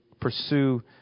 pursue